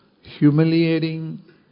humiliating